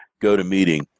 GoToMeeting